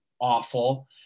awful